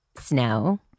Snow